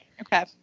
Okay